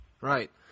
Right